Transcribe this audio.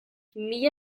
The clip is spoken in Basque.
mila